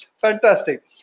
Fantastic